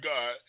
God